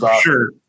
Sure